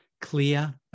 clear